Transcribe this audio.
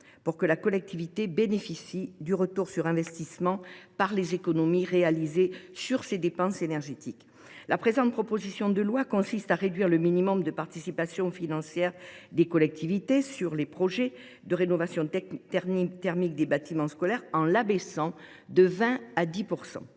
pour que la collectivité bénéficie du retour sur investissement résultant des économies réalisées sur ces dépenses énergétiques. La présente proposition de loi vise à réduire le minimum de participation financière des collectivités pour les projets de rénovation thermique des bâtiments scolaires, en l’abaissant de 20 % à 10 %.